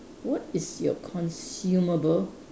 what is your consumable